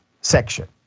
section